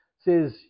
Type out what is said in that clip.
says